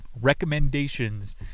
Recommendations